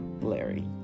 Larry